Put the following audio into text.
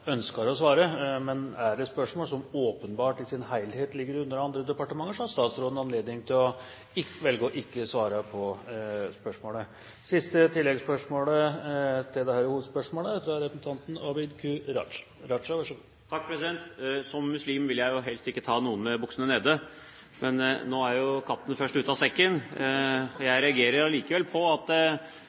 å svare. Men er det spørsmål som åpenbart i sin helhet ligger under andre departementer, har statsråden anledning til å velge ikke å svare på spørsmålet. Abid Q. Raja – til oppfølgingsspørsmål. Som muslim vil jeg helst ikke ta noen med buksene nede, men nå er jo katten ute av sekken. Jeg reagerer likevel på at